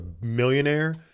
millionaire